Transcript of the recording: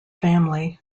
family